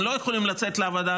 הם לא יכולים לצאת לעבודה,